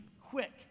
Quick